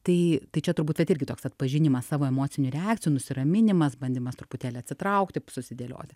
tai tai čia turbūt irgi vat toks atpažinimas savo emocinių reakcijų nusiraminimas bandymas truputėlį atsitraukti susidėlioti